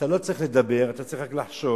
אתה לא צריך לדבר, אתה צריך רק לחשוב,